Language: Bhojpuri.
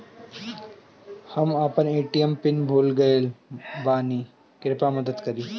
हम अपन ए.टी.एम पिन भूल गएल बानी, कृपया मदद करीं